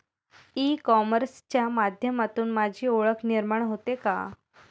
E कॉमर्सच्या माध्यमातून माझी ओळख निर्माण होते का?